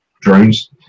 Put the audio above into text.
drones